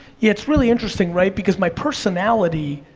it's really interesting, right, because my personality,